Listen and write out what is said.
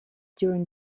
during